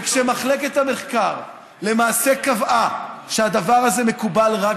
וכשמחלקת המחקר למעשה קבעה שהדבר הזה מקובל רק